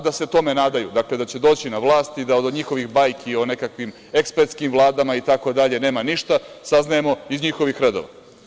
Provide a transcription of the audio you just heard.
Da se tome nadaju, dakle, da će doći na vlast, i da od njihovih bajki o nekakvim ekspertskim vladama nema ništa, saznajemo iz njihovih redova.